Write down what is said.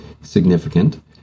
significant